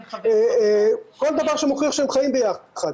כל דבר שהם חיים ביחד,